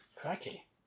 Cracky